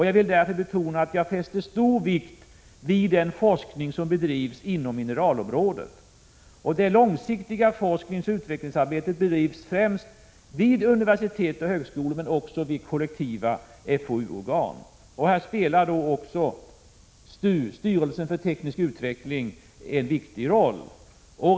Jag vill därmed 59 betona att jag fäster stor vikt vid den forskning som bedrivs inom mineralområdet. Det långsiktiga forskningsoch utvecklingsarbetet bedrivs främst vid universitet och högskolor men också vid kollektiva fou-organ. Här spelar också styrelsen för teknisk utveckling, STU, en viktig roll.